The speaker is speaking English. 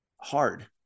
hard